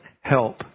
help